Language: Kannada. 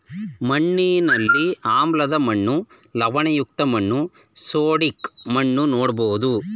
ಮಣ್ಣಿನಲ್ಲಿ ಆಮ್ಲದ ಮಣ್ಣು, ಲವಣಯುಕ್ತ ಮಣ್ಣು, ಸೋಡಿಕ್ ಮಣ್ಣು ನೋಡ್ಬೋದು